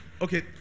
Okay